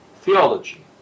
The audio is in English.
theology